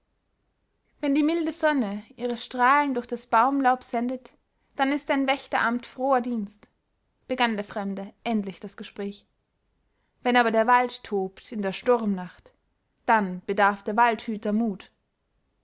wenn die milde sonne ihre strahlen durch das baumlaub sendet dann ist dein wächteramt froher dienst begann der fremde endlich das gespräch wenn aber der wald tobt in der sturmnacht dann bedarf der waldhüter mut